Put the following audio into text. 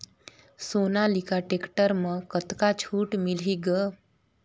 Sonalika tractor म कतका छूट मिलही ग?